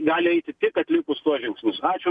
gali eiti tik atlikus tuos žingsnius ačiū